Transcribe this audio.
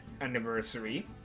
anniversary